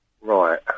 Right